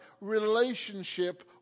relationship